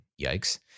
Yikes